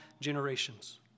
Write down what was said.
generations